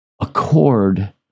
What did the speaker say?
accord